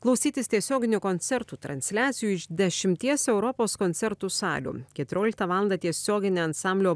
klausytis tiesioginių koncertų transliacijų iš dešimties europos koncertų salių keturioliktą valandą tiesioginė ansamblio